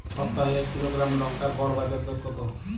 সপ্তাহে এক কিলোগ্রাম লঙ্কার গড় বাজার দর কতো?